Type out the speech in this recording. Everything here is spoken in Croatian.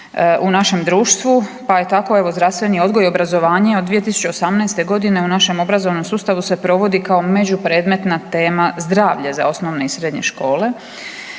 u našem društvu, pa je tako zdravstveni odgoj i obrazovanje od 2018.g. u našem obrazovnom sustavu se provodi kao među predmetna tema zdravlje za osnovne i srednje škole.